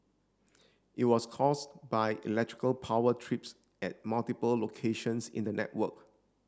it was caused by electrical power trips at multiple locations in the network